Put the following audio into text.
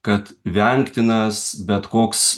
kad vengtinas bet koks